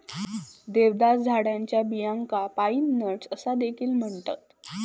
देवदार झाडाच्या बियांका पाईन नट्स असा देखील म्हणतत